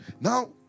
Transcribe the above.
now